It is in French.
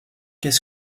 qu’est